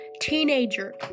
teenager